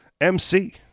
MC